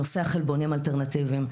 נושא החלבונים האלטרנטיביים.